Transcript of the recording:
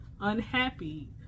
unhappy